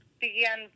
began